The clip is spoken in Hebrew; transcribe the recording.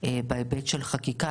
בהיבט של חקיקה,